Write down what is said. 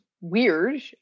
weird